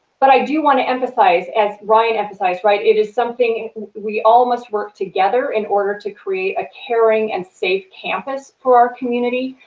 but i do want to emphasize, as ryan emphasized, right, it is something we all must work together in order to create a caring and safe campus for our community.